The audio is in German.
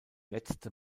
letzte